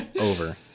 over